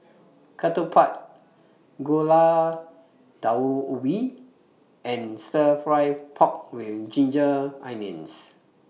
Ketupat Gulai Daun Ubi and Stir Fry Pork with Ginger Onions